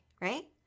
Right